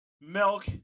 Milk